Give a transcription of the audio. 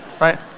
right